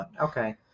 Okay